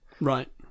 Right